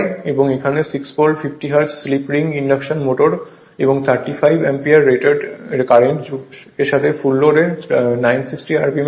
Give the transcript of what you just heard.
এবং এখানে 6 pole 50 hertz slip ring induction motor 35 অ্যাম্পিয়ারের রোটর কারেন্টের সাথে ফুল লোডে 960 rpm এ চলে